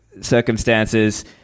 circumstances